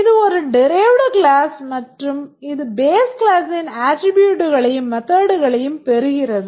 இது ஒரு derived class மற்றும் இது base கிளாஸ்ஸின் attribute களையும் methodகளையும் பெறுகிறது